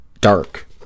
dark